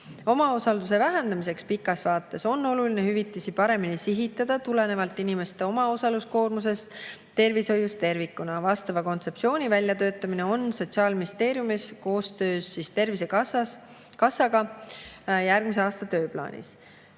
Omaosaluse vähendamiseks pikas vaates on oluline hüvitisi paremini sihitada tulenevalt inimeste omaosaluse koormusest ja tervishoius tervikuna. Vastava kontseptsiooni väljatöötamine on Sotsiaalministeeriumis koostöös Tervisekassaga järgmise aasta tööplaanis.